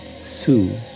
Sue